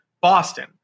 Boston